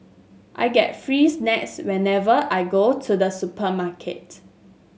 I get free snacks whenever I go to the supermarket